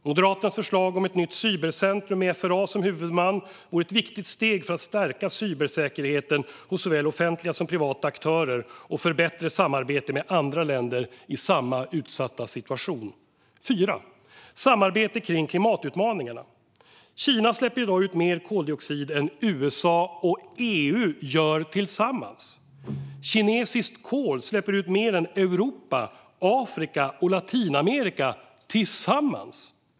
Moderaternas förslag om ett nytt cybercentrum med FRA som huvudman vore ett viktigt steg för att stärka cybersäkerheten hos såväl offentliga som privata aktörer och ett viktigt steg för bättre samarbete med andra länder i samma utsatta situation. Den fjärde delen gäller samarbete kring klimatutmaningarna. Kina släpper i dag ut mer koldioxid än USA och EU gör tillsammans. Kinas användning av kol leder till mer utsläpp än Europas, Afrikas och Latinamerikas gemensamma utsläpp från kol.